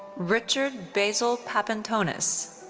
richard basil papantonis.